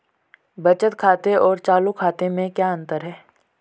बचत खाते और चालू खाते में क्या अंतर है?